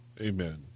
Amen